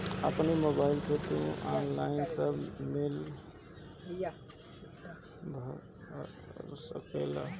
अपनी मोबाइल से तू ऑनलाइन सब बिल भर सकेला